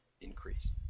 increase